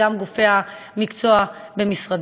וגם גופי המקצוע במשרדי.